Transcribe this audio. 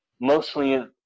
mostly